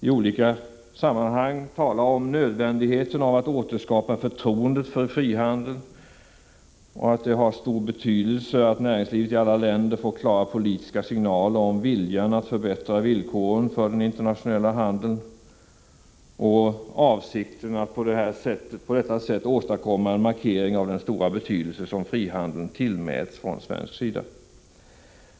I olika sammanhang talar vi också om nödvändigheten av att återskapa förtroendet för frihandeln och att det har stor betydelse att näringslivet i alla länder får klara politiska signaler om viljan att förbättra villkoren för den internationella handeln. Vår avsikt är att på detta sätt markera den stora betydelse som vi tillmäter frihandeln.